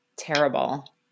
terrible